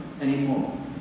anymore